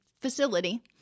facility